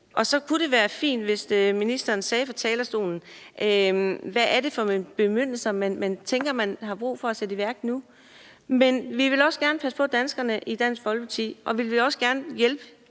Og så kunne det være fint, hvis ministeren fra talerstolen sagde, hvad det er for nogle bemyndigelser, man tænker man har brug for at sætte i værk nu. Vi vil i Dansk Folkeparti også gerne passe på danskerne, og vi vil også gerne hjælpe